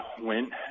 went